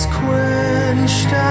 quenched